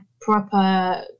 proper